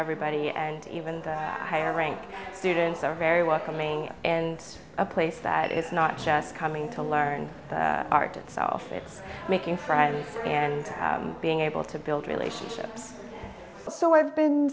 everybody and even higher ranked students are very welcoming and a place that it's not just coming to learn the art itself it's making friends and being able to build relationships so i've been